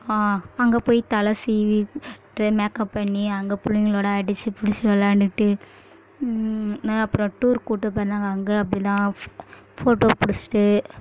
அங்கே போய் தலை சீவி ட்டு மேக்கப் பண்ணி அங்கே பிள்ளைங்களோட அடித்து புடித்து விளையாண்டுட்டு நான் அப்புறம் டூர் கூப்பிட்டு போயிருந்தாங்க அங்கே அப்படிதான் ஃபோட்டோ புடிச்சிட்டு